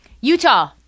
Utah